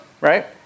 Right